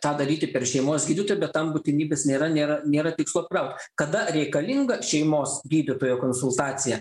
tą daryti per šeimos gydytoją bet tam būtinybės nėra nėra nėra tikslo apkraut kada reikalinga šeimos gydytojo konsultacija